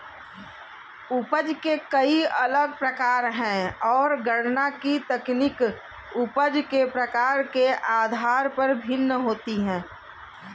उपज के कई अलग प्रकार है, और गणना की तकनीक उपज के प्रकार के आधार पर भिन्न होती है